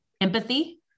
empathy